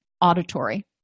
auditory